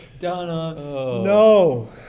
No